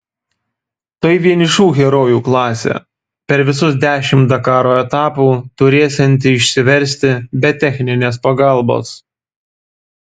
tai vienišų herojų klasė per visus dešimt dakaro etapų turėsianti išsiversti be techninės pagalbos